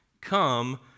come